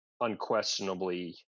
unquestionably